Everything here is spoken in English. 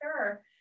sure